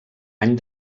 any